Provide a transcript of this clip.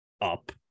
up